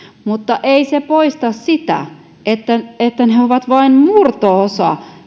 mutta ei se poista sitä että ne ovat vain murto osa